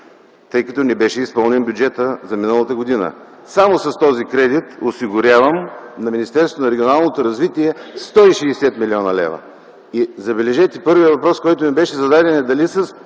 тъй като не беше изпълнен бюджетът за миналата година. Само с този кредит осигурявам на Министерството на регионалното развитие и благоустройството 160 млн. лв. Забележете, първият въпрос, който ми беше зададен, е дали са